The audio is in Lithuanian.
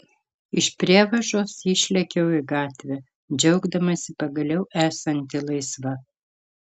iš prievažos išlėkiau į gatvę džiaugdamasi pagaliau esanti laisva